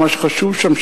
ומה שחשוב שם,